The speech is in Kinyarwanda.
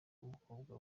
umukobwa